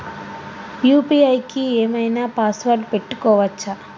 UPI కి ఏం ఐనా పాస్వర్డ్ పెట్టుకోవచ్చా?